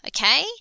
okay